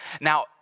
Now